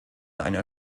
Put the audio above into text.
einer